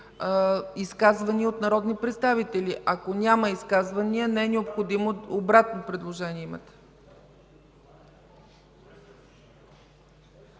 изказвания от народни представители. Ако няма изказвания, не е необходимо. Имате обратно предложение.